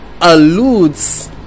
alludes